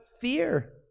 fear